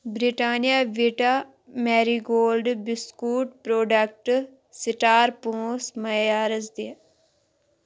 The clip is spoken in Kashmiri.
Britannia Vita Marie Gold biscuit product star پانٛژھ معیارَس دِ